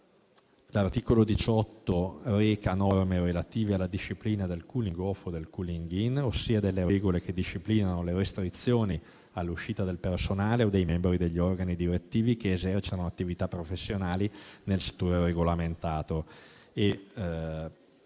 L'articolo 18 reca norme relative alla disciplina del *cooling* *off* o del *cooling in*, ossia regole che disciplinano le restrizioni all'uscita del personale o dei membri degli organi direttivi che esercitano attività professionali nel settore regolamentato.